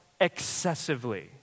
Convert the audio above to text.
excessively